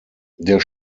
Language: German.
der